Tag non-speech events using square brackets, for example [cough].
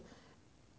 [breath]